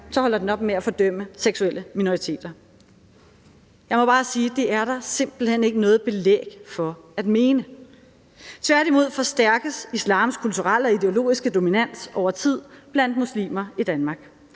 så holder den op med at fordømme seksuelle minoriteter. Jeg må bare sige, at det er der simpelt hen ikke noget belæg for at mene. Tværtimod forstærkes islams kulturelle og ideologiske dominans over tid blandt muslimer i Danmark.